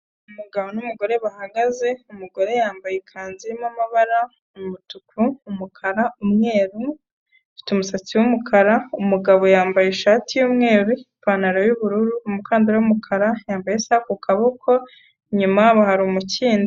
Umugabo n'umugore bahagaze, umugore yambaye ikanzu irimo amabara umutuku, umukara, umweru afite umusatsi w'umukara, umugabo yambaye ishati y'umweru, ipantaro y'ubururu, umukandara w'umukara, yambaye isaha ku kaboko, inyuma yabo hari umukindo.